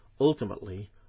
ultimately